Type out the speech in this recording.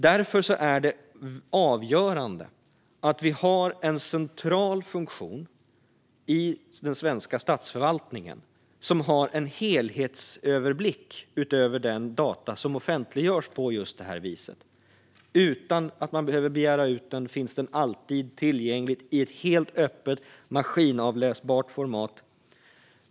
Därför är det avgörande att vi har en central funktion i den svenska statsförvaltningen som har en helhetsöverblick över de data som offentliggörs på just det här viset. Utan att man behöver begära ut dem finns de alltid tillgängliga i ett helt öppet, maskinavläsbart format.